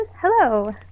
Hello